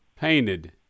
painted